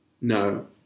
No